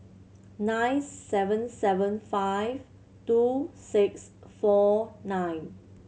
nine seven seven five two six four nine